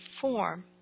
form